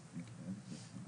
בהגדרה "תקופת הוראת השעה"